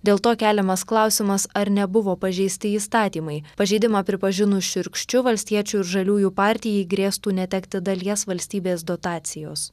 dėl to keliamas klausimas ar nebuvo pažeisti įstatymai pažeidimą pripažinus šiurkščiu valstiečių ir žaliųjų partijai grėstų netekti dalies valstybės dotacijos